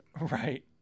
right